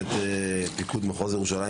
פיקוד מחוז ירושלים,